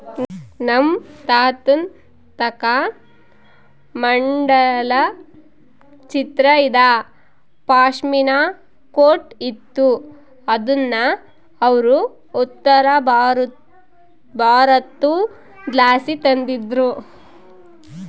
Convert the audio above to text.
ನಮ್ ತಾತುನ್ ತಾಕ ಮಂಡಲ ಚಿತ್ರ ಇದ್ದ ಪಾಶ್ಮಿನಾ ಕೋಟ್ ಇತ್ತು ಅದುನ್ನ ಅವ್ರು ಉತ್ತರಬಾರತುದ್ಲಾಸಿ ತಂದಿದ್ರು